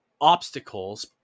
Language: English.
obstacles